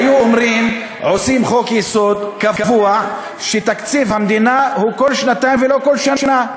היו עושים חוק-יסוד קבוע שתקציב המדינה הוא כל שנתיים ולא כל שנה.